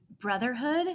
brotherhood